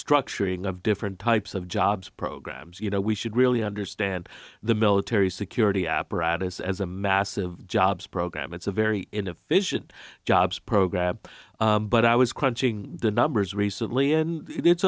structuring of different types of jobs programs you know we should really understand the military security apparatus as a massive jobs program it's a very inefficient jobs program but i was crunching the numbers recently and it